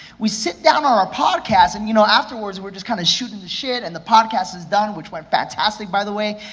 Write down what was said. we sit down on our ah podcast and you know, afterwards, we're just kind of shooting the shit, and the podcast is done, which went fantastic, by the way,